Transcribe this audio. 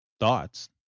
thoughts